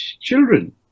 children